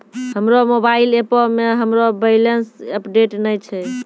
हमरो मोबाइल एपो मे हमरो बैलेंस अपडेट नै छै